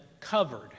covered